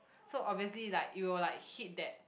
so obviously like it will like hit that